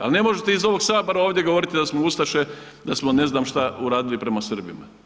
Ali ne možete iz ovog Sabora ovdje govoriti da smo ustaše, da smo ne znam što uradili prema Srbina.